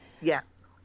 Yes